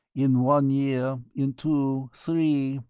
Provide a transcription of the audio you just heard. in one year, in two, three,